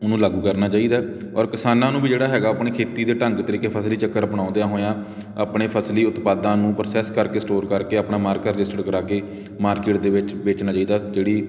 ਉਹਨੂੰ ਲਾਗੂ ਕਰਨਾ ਚਾਹੀਦਾ ਔਰ ਕਿਸਾਨਾਂ ਨੂੰ ਵੀ ਜਿਹੜਾ ਹੈਗਾ ਆਪਣੇ ਖੇਤੀ ਦੇ ਢੰਗ ਤਰੀਕੇ ਫ਼ਸਲੀ ਚੱਕਰ ਅਪਣਾਉਂਦਿਆਂ ਹੋਇਆਂ ਆਪਣੇ ਫ਼ਸਲੀ ਉਤਪਾਦਾਂ ਨੂੰ ਪ੍ਰੋਸੈਸ ਕਰਕੇ ਸਟੋਰ ਕਰਕੇ ਆਪਣਾ ਮਾਰਕਰ ਰਜਿਸਟਰ ਕਰਵਾ ਕੇ ਮਾਰਕਿਟ ਦੇ ਵਿੱਚ ਵੇਚਣਾ ਚਾਹੀਦਾ ਜਿਹੜੀ